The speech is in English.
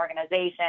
organization